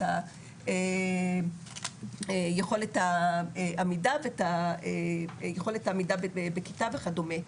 את יכולת העמידה בכיתה וכדומה.